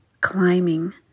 climbing